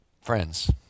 Friends